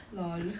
LOL